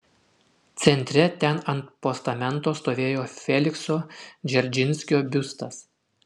centre ten ant postamento stovėjo felikso dzeržinskio biustas